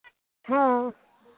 हँ